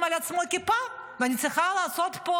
על עצמו על כיפה ואני צריכה לילל פה: